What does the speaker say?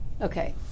Okay